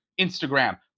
instagram